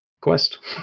quest